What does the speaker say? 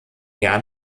jahr